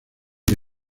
que